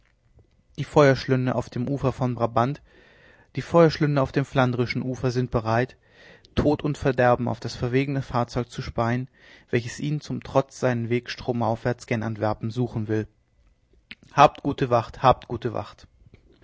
die feuerschlünde auf dem ufer von brabant die feuerschlünde auf dem flandrischen ufer sind bereit tod und verderben auf das verwegene fahrzeug zu speien welches ihnen zum trotz seinen weg stromaufwärts gen antwerpen suchen will habt gute wacht habt gute wacht